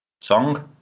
song